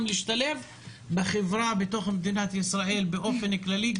להשתלב בחברה בתוך מדינת ישראל באופן כללי,